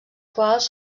quals